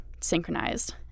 synchronized